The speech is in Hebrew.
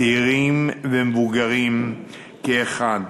צעירים ומבוגרים כאחד.